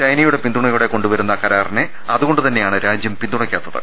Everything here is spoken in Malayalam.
ചൈനയുടെ പിന്തുണയോടെ കൊണ്ടുവരുന്ന കരാറിനെ അതുകൊ ണ്ടുതന്നെയാണ് രാജ്യം പിന്തുണക്കാത്തത്